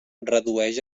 redueix